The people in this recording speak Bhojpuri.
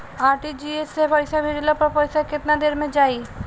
आर.टी.जी.एस से पईसा भेजला पर पईसा केतना देर म जाई?